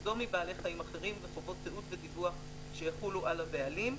בידודו מבעלי חיים אחרים וחובות תיעוד ודיווח שיחולו על הבעלים".